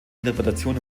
interpretation